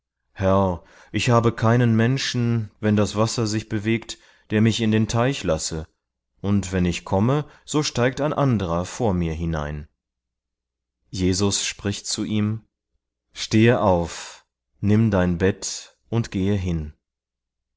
ich habe keinen menschen wenn das wasser sich bewegt der mich in den teich lasse und wenn ich komme so steigt ein anderer vor mir hinein jesus spricht zu ihm stehe auf nimm dein bett und gehe hin